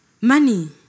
money